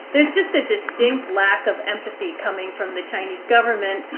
there's just a distinct lack of empathy coming from the chinese government,